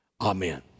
Amen